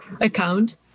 account